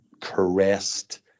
caressed